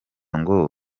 ngo